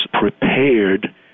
prepared